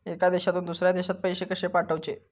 एका देशातून दुसऱ्या देशात पैसे कशे पाठवचे?